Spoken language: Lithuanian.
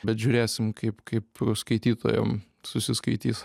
bet žiūrėsim kaip kaip skaitytojam susiskaitys